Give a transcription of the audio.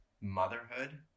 motherhood